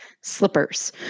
slippers